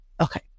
okay